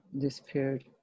disappeared